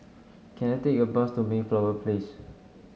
can I take a bus to Mayflower Place